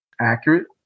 accurate